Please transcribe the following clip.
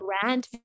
grand